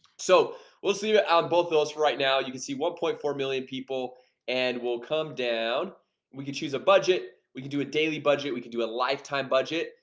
so we'll see you out of both those right now you can see one point four million people and we'll come down we can choose a budget we can do a daily budget we can do a lifetime budget,